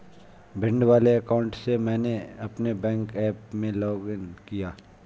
भिंड वाले अकाउंट से मैंने अपने बैंक ऐप में लॉग इन किया